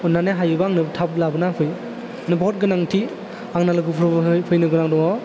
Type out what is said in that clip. अननानै हायोबा आंनो थाब लाबोना होफै नों बहुत गोनांथि आंना लोगोफोर बहाय फैनो गोनां दङ